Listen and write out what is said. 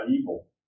evil